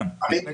גם.